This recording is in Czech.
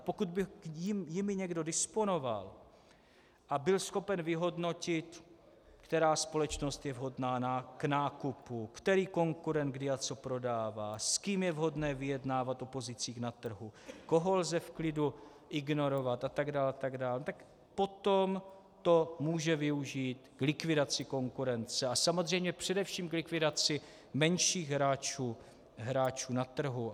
Pokud by jimi někdo disponoval a byl schopen vyhodnotit, která společnost je vhodná k nákupu, který konkurent kdy a co prodává, s kým je vhodné vyjednávat o pozicích na trhu, koho lze v klidu ignorovat, a tak dál a tak dál, no tak potom to může využít k likvidaci konkurence a samozřejmě především k likvidaci menších hráčů na trhu.